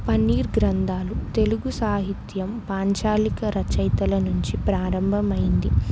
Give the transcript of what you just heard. పన్నీరు గ్రంథాలు తెలుగు సాహిత్యం పాంచాలిక రచయితల నుంచి ప్రారంభమైంది